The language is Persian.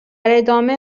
ادامه